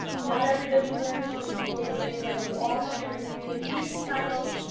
not everybody learns from people the same way. we all have different communication styles.